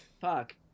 Fuck